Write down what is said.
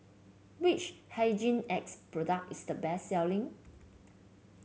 which Hygin X product is the best selling